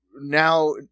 now